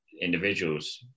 individuals